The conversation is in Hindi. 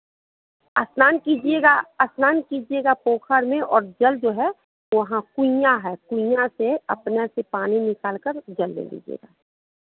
स्नान कीजिएगा स्नान कीजिएगा पोखर में और जल जो है वहाँ कुइयाँ है कुइयाँ से अपने से पानी निकाल कर जल ले लीजिएगा